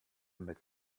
mit